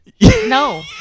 no